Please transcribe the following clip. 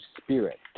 spirit